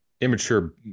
immature